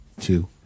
two